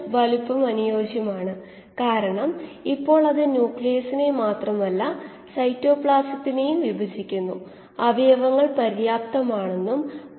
അതിനാൽ ഈ വിശകലനത്തിൽ നിന്ന് നമുക്ക് ലഭിക്കുന്ന ഉൾക്കാഴ്ച കൂടിയാണിത്